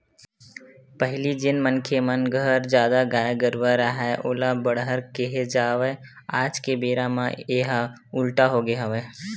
पहिली जेन मनखे मन घर जादा गाय गरूवा राहय ओला बड़हर केहे जावय आज के बेरा म येहा उल्टा होगे हवय